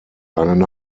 einen